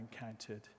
encountered